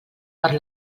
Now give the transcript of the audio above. per